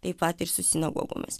taip pat ir su sinagogomis